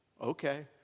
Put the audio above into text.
Okay